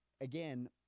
again